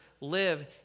live